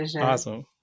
Awesome